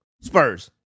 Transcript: Spurs